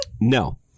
No